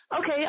Okay